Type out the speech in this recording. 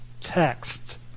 text